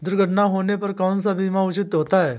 दुर्घटना होने पर कौन सा बीमा उचित होता है?